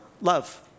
Love